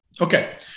Okay